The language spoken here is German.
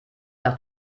doch